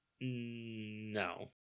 No